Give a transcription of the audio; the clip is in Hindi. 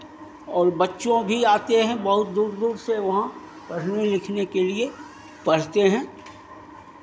और बच्चों भी आते हैं बहुत दूर दूर से वहाँ पढ़ने लिखने के लिए पढ़ते हैं